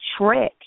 Shrek